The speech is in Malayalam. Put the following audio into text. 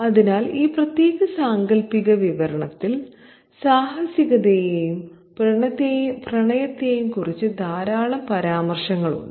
അതിനാൽ ഈ പ്രത്യേക സാങ്കൽപ്പിക വിവരണത്തിൽ സാഹസികതയെയും പ്രണയത്തെയും കുറിച്ച് ധാരാളം പരാമർശങ്ങളുണ്ട്